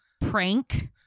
prank